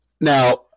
Now